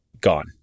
gone